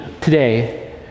today